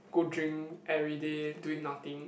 go drink everyday doing nothing